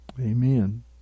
Amen